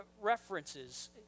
references